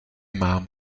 mám